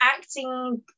acting